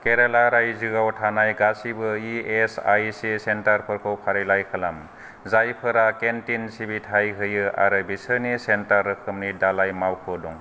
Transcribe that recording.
केराला रायजोआव थानाय गासैबो इएसआइसि सेन्टारफोरखौ फारिलाइ खालाम जायफोरा केन्टिन सिबिथाय होयो आरो बिसोरनि सेन्टार रोखोमनि दालाइ मावख' दं